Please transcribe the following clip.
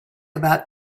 about